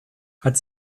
hat